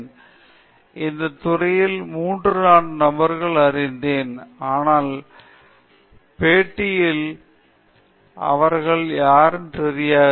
இரண்டாவது கேள்வி இந்த துறையில் நான் 3 4 நபர்களை அறிந்தேன் ஆனால் பேட்டிக்குழுவில் அவர்களில் யாருக்கு தெரியாது